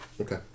Okay